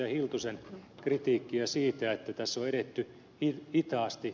hiltusen kritiikkiä siitä että tässä on edetty hitaasti